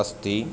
अस्ति